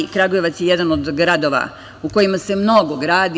Kragujevac je jedan od gradova u kojima se mnogo gradi.